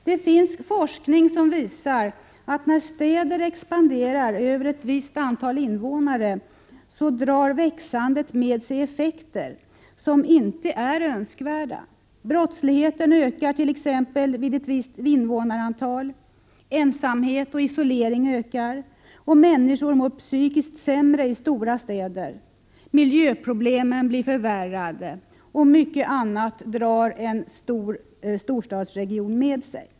Det finns forskning som visar att när städer expanderar över ett visst antal invånare, drar växandet med sig effekter som inte är önskvärda. Brottsligheten ökar t.ex. vid ett visst invånarantal, ensamhet och isolering ökar, människor mår psykiskt sämre i stora städer, miljöproblemen blir förvärrade, osv.